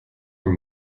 are